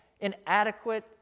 inadequate